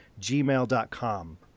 gmail.com